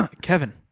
Kevin